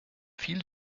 fiel